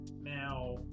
Now